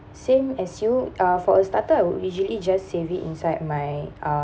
same as you uh for a starter I will usually just save it inside my uh